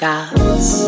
God's